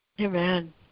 Amen